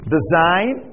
Design